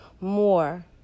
more